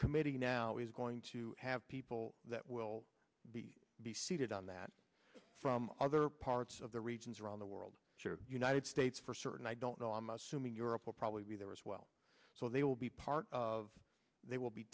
committee now is going to have people that will be be seated on that from other parts of the regions around the world united states for certain i don't know i'm assuming europe will probably be there as well so they will be part of they will be